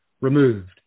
removed